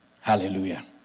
Hallelujah